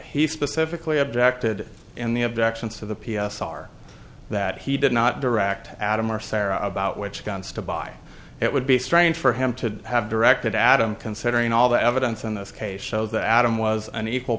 he specifically objected in the objections to the p s r that he did not direct adam or sarah about which guns to buy it would be strange for him to have directed adam considering all the evidence in this case so that adam was an equal